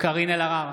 קארין אלהרר,